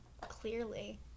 clearly